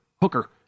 Hooker